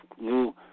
new